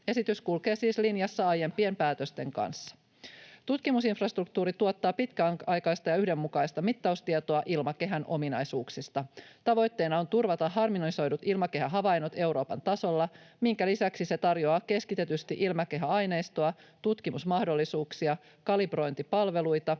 Esitys kulkee siis linjassa aiempien päätösten kanssa. Tutkimusinfrastruktuuri tuottaa pitkäaikaista ja yhdenmukaista mittaustietoa ilmakehän ominaisuuksista. Tavoitteena on turvata harmonisoidut ilmakehähavainnot Euroopan tasolla, minkä lisäksi se tarjoaa keskitetysti ilmakehäaineistoa, tutkimusmahdollisuuksia, kalibrointipalveluita,